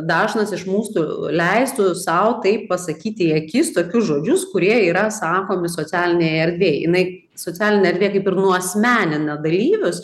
dažnas iš mūsų leistų sau taip pasakyti į akis tokius žodžius kurie yra sakomi socialinėj erdvėj jinai socialinė erdvė kaip ir nuasmenina dalyvius